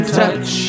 touch